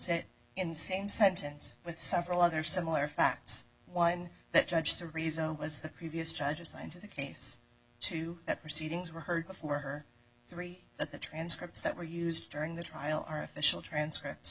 the same sentence with several other similar facts one that judge the reason was the previous judge assigned to the case to that proceedings were heard before her three that the transcripts that were used during the trial are official transcripts